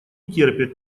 терпят